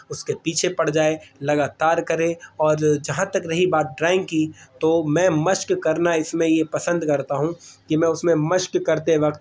اس کے پیچھے پڑ جائے لگاتار کرے اور جہاں تک رہی بات ڈرائنگ کی تو میں مشق کرنا اس میں یہ پسند کرتا ہوں کہ میں اس میں مشق کرتے وقت